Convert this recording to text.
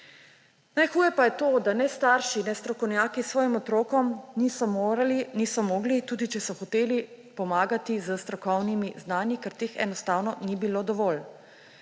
Najhuje pa je to, da ne starši ne strokovnjaki svojim otrokom niso mogli, tudi če so hoteli, pomagati s strokovnimi znanji, ker teh enostavno ni bilo dovolj.